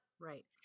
Right